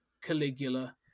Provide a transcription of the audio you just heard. Caligula